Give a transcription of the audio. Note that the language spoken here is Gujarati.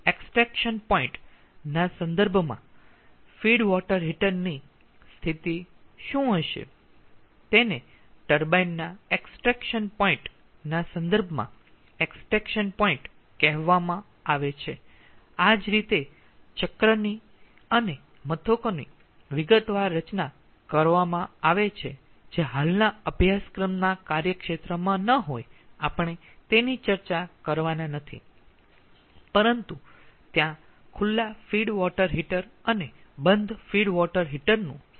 એક્ષટ્રેકસન પોઈન્ટ ના સંદર્ભમાં ફીડ વોટર હીટર ની સ્થિતિ શું હશે તેને ટર્બાઇન ના એક્ષટ્રેકસન પોઈન્ટ ના સંદર્ભમાં એક્ષટ્રેકસન પોઈન્ટ કહેવામાં આવે છે આ જ રીતે ચક્રની અને મથકોની વિગતવાર રચના કરવામાં આવે છે જે હાલના અભ્યાસક્રમના કાર્યક્ષેત્રમાં ન હોઈ આપણે તેની ચર્ચા કરવાના નથી પરંતુ ત્યાં ખુલ્લા ફીડ વોટર હીટર અને બંધ ફીડ વોટર હીટર નું સંયોજન હશે